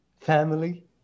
family